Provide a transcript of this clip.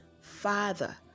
Father